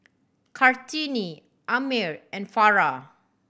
Kartini Ammir and Farah